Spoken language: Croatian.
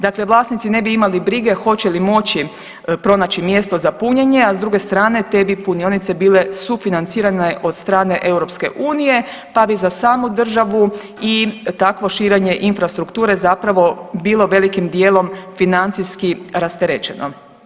Dakle, vlasnici ne bi imali brige hoće li moći pronaći mjesto za punjenje, a s druge strane te bi punionice bile sufinancirane od strane EU pa bi za samu državu i takvo širenje infrastrukture zapravo bilo velikim dijelom financijski rasterećeno.